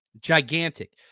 Gigantic